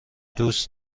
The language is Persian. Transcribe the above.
دوست